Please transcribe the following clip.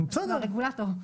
לרגולטור.